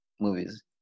movies